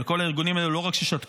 אבל כל הארגונים האלה לא רק ששתקו,